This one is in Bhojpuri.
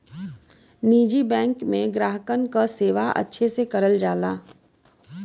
निजी बैंक में ग्राहकन क सेवा अच्छे से करल जाला